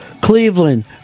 Cleveland